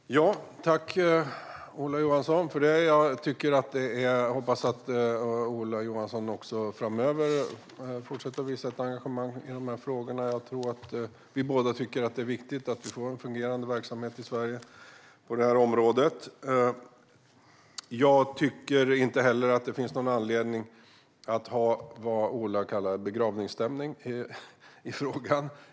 Fru talman! Jag tackar Ola Johansson för det. Jag hoppas att Ola Johansson framöver fortsätter att visa engagemang i de här frågorna. Jag tror att vi båda tycker att det är viktigt att vi får en fungerande verksamhet på det här området i Sverige. Jag tycker inte heller att det finns någon anledning till det Ola kallar begravningsstämning.